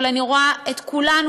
אבל אני רואה את כולנו,